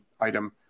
item